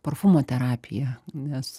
parfumo terapija nes